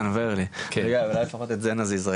מרגיש שנעשה כבר